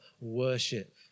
worship